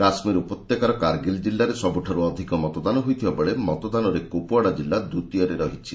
କାଶ୍ମୀର ଉପତ୍ୟକାର କାର୍ଗିଲ୍ ଜିଲ୍ଲାରେ ସବୁଠାରୁ ଅଧିକ ମତଦାନ ହୋଇଥିବା ବେଳେ ମତଦାନରେ କୁପୱାଡା ଜିଲ୍ଲା ଦ୍ୱିତୀୟରେ ରହିଛି